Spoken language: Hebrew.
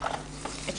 יש